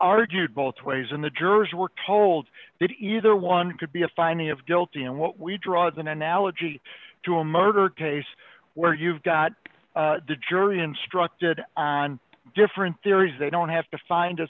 argued both ways and the jurors were told that either one could be a finding of guilty and what we draw as an analogy to a murder case where you've got the jury instructed on different theories they don't have to find a